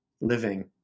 living